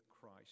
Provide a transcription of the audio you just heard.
Christ